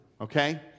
Okay